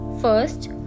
First